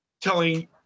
telling